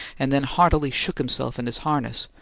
and then heartily shook himself in his harness,